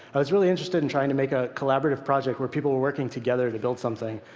i was really interested in trying to make a collaborative project where people were working together to build something.